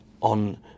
on